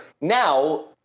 Now